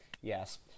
Yes